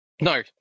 No